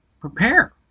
prepare